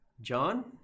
John